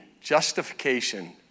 Justification